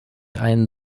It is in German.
einen